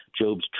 Job's